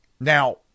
Now